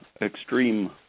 extreme